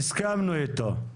הסכמנו איתו.